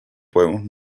podemos